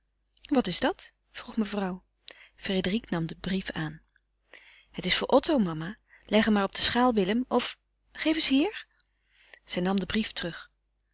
wat is dat vroeg mevrouw frédérique nam den brief aan het is voor otto mama leg hem maar op de schaal willem of geef eens hier zij nam den brief terug